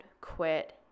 quit